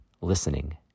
listening